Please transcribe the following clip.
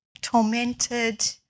tormented